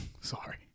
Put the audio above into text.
sorry